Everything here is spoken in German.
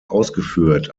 ausgeführt